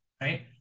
right